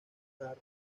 carl